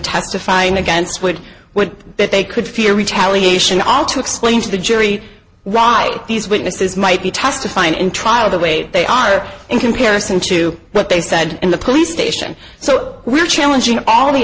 testifying against which would that they could fear retaliation all to explain to the jury right these witnesses might be tough to find in trial the way they are in comparison to what they said in the police station so we're challenging all the